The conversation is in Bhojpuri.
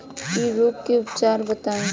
इ रोग के उपचार बताई?